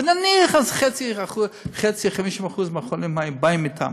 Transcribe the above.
ונניח שחצי, 50% מהחולים, באים אתם,